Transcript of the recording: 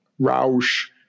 Roush